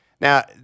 now